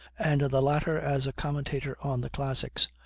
and the latter as a commentator on the classics,